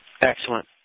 Excellent